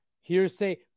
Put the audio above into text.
hearsay